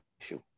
issue